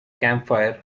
campfire